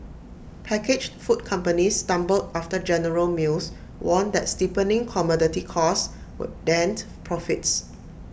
packaged food companies stumbled after general mills warned that steepening commodity costs would dent profits